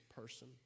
person